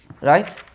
right